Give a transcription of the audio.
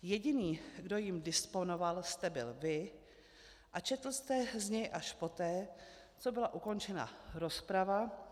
Jediný, kdo jím disponoval, jste byl vy a četl jste z něj až poté, co byla ukončena rozprava.